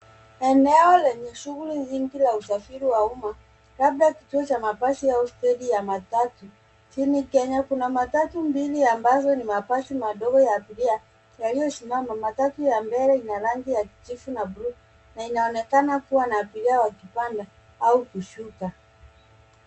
Eneo lenye shughuli nyingi la usafiri wa umma, labda kituo cha mabasi au stendi ya matatu nchini Kenya. Kuna matatu mbili, ambazo ni mabasi madogo ya abiria, yaliyosimama. Matatu ya mbele ina rangi ya kijivu na bluu, na inaonekana kuwa na abiria wakipanda au kushuka.